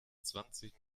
zwanzig